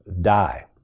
die